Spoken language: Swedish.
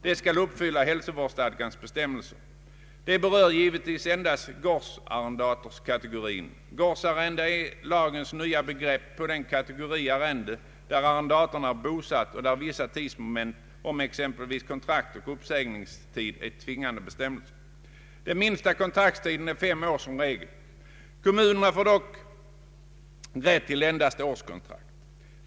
Detta skall uppfylla hälsovårdslagens bestämmelser, men det berör givetvis endast gårdsarrendatorskategorin. Gårdsarrende är lagens nya begrepp på den kategori arrende där arrendatorn är bosatt och där vissa tidsmoment om exempelvis kontrakt och uppsägningstid är tvingande bestämmelser. Den minsta kontraktstiden är som regel fem år. Kommunerna får dock rätt till endast årskontrakt.